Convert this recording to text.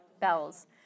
Bells